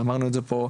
ואמרנו את זה פה,